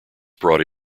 brought